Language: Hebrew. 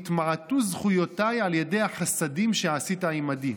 נתמעטו זכויותיי על ידי החסדים שעשית עימדי.